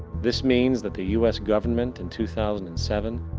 this means, that the us government, in two thousand and seven,